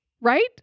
right